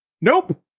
Nope